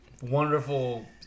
Wonderful